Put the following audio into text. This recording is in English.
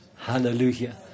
Hallelujah